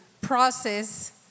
process